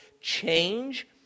change